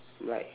like